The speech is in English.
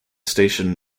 station